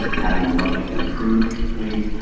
having much improved sleep.